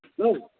hello